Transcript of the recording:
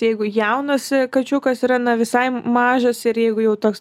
jeigu jaunas kačiukas yra na visai mažas ir jeigu jau toks